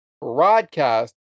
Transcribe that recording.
Broadcast